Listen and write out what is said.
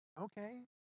Okay